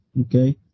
okay